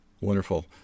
Wonderful